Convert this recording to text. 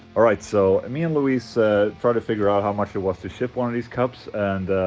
alright, so me and louise tried to figure out how much it was to ship one of these cups and.